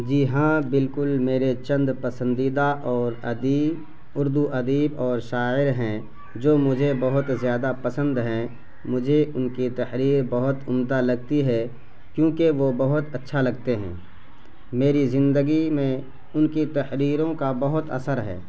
جی ہاں بالکل میرے چند پسندیدہ اور ادیب اردو ادیب اور شاعر ہیں جو مجھے بہت زیادہ پسند ہیں مجھے ان کی تحریر بہت عمدہ لگتی ہے کیونکہ وہ بہت اچھا لگتے ہیں میری زندگی میں ان کی تحریروں کا بہت اثر ہے